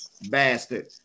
bastard